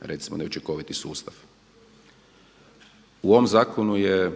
recimo neučinkoviti sustav. U ovom zakonu je